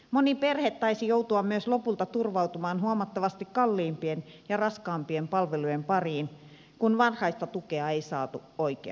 moni perhe taisi joutua myös lopulta turvautumaan huomattavasti kalliimpiin ja raskaampiin palveluihin kun varhaista tukea ei saatu oikeaan aikaan